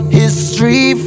history